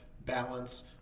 balance